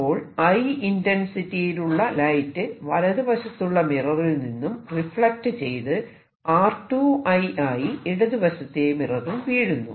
അപ്പോൾ I ഇന്റെൻസിറ്റിയുള്ള light വലതുവശത്തുള്ള മിററിൽ നിന്നും റിഫ്ലക്ട് ചെയ്ത് R2 I ആയി ഇടതുവശത്തെ മിററിൽ വീഴുന്നു